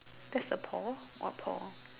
that's the Paul what Paul